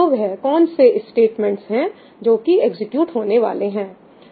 तो वह कौन से स्टेटमेंट्स हैं जो कि एग्जीक्यूट होने वाले हैं